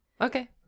Okay